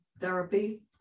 Therapy